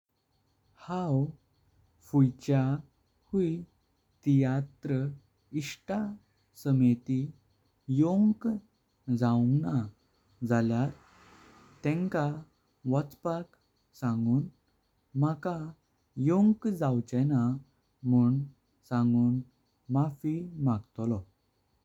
हांव फुच्यां हुई तियात्राक इष्ट समिति योंक जाउंगणां जाल्यार तेंका। वाचपाक सागूं माका योंक यवचेनां मण्ण सांगून मफी मागतालो।